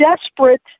desperate